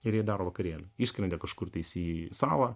ir jie daro vakarėlį išskrenda kažkur tais į salą